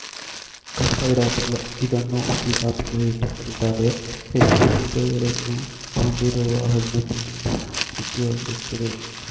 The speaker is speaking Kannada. ಕಸ್ಟರ್ಡ್ ಆಪಲ್ ಇದನ್ನು ಸೀತಾಫಲ ಎಂದು ಕರಿತಾರೆ ಹೆಚ್ಚು ಬೀಜಗಳನ್ನು ಹೊಂದಿರುವ ಹಣ್ಣು ತಿನ್ನಲು ರುಚಿಯಾಗಿರುತ್ತದೆ